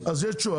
אז יש תשובה.